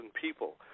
people